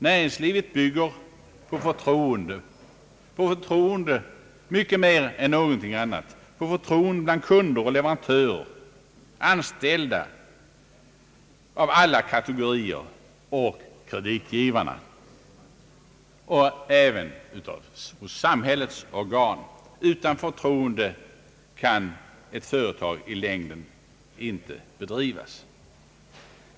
Näringslivet bygger på förtroende mycket mer än någonting annat — förtroende hos kunder och 1everantörer, hos anställda av alla kategorier samt hos kreditgivarna och även samhällets organ. Utan förtroende kan ett företag i längden inte drivas.